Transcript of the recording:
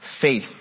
Faith